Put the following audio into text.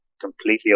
completely